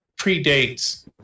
predates